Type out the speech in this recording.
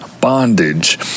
bondage